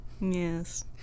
Yes